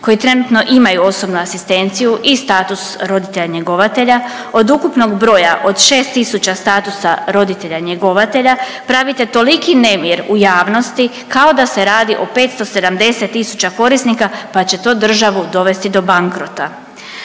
koji trenutno imaju osobnu asistenciju i status roditelja njegovatelja od ukupnog broja od 6 tisuća statusa roditelja njegovatelja pravite toliki nemir u javnosti kao da se radi o 570 tisuća korisnika, pa će to državu dovesti do bankrota,